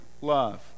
love